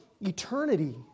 eternity